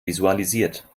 visualisiert